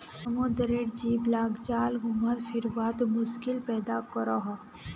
समुद्रेर जीव लाक जाल घुमा फिरवात मुश्किल पैदा करोह